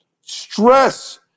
Stress